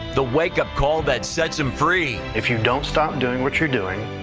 the wake up call that sets him free. if you don't stop doing what you are doing,